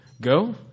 go